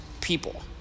people